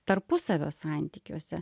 tarpusavio santykiuose